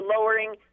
lowering